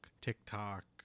TikTok